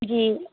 جی